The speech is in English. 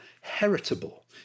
heritable